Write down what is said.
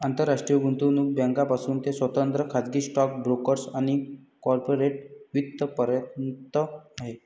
आंतरराष्ट्रीय गुंतवणूक बँकांपासून ते स्वतंत्र खाजगी स्टॉक ब्रोकर्स आणि कॉर्पोरेट वित्त पर्यंत आहे